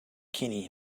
kinney